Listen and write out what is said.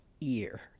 ear